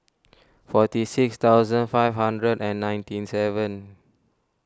forty six thousand five hundred and ninety seven